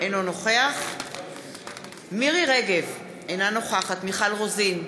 אינו נוכח מירי רגב, אינה נוכחת מיכל רוזין,